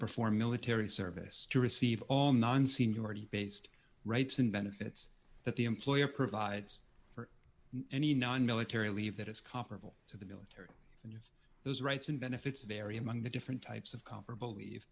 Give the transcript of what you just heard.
perform military service to receive all non seniority based rights and benefits that the employer provides for any nonmilitary leave that is comparable to those rights and benefits very among the different types of comparable leave